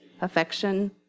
affection